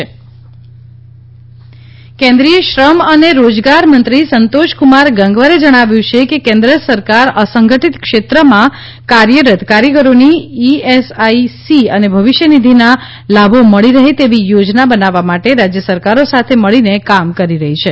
સામાજિક સુરક્ષા કેન્દ્રીય શ્રમ અને રોજગાર મંત્રી સંતોષકુમાર ગંગવારે જણાવ્યું છે કે કેન્દ્ર સરકાર અસંગઠીત ક્ષેત્રમાં કાર્યરત કારીગરોને ઇએસઆઇસી અને ભવિષ્ય નિધિના લાભો મળી રહે તેવી યોજના બનાવવા માટે રાજય સરકારો સાથે મળીને કામ કરી રહી છે